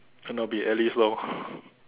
cannot be airlift lor